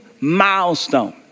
milestone